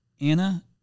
Anna